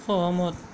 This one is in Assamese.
সহমত